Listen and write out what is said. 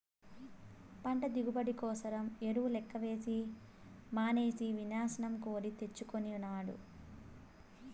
పంట దిగుబడి కోసరం ఎరువు లెక్కవేసి మనిసి వినాశం కోరి తెచ్చుకొనినాడు